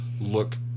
look